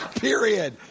Period